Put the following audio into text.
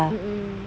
mmhmm